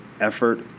effort